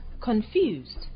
confused